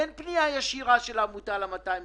אין פנייה ישירה של העמותה ל-200 מיליון,